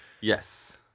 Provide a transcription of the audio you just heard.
Yes